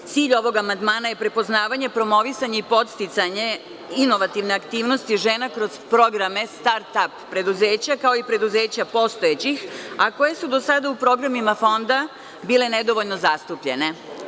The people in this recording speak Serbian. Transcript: Cilj ovog amandmana je poznavanje, promovisanje i podsticanje inovativne aktivnosti žena kroz programe start-ap preduzeća, kao i preduzeća postojećih, a koje su do sada u programima fonda bile nedovoljno zastupljene.